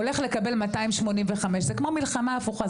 הולך לקבל 285 זה כמו מלחמה הפוכה,